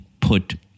put